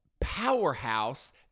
powerhouse